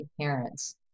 parents